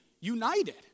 united